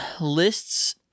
lists